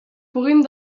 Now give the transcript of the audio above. puguin